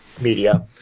media